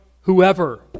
whoever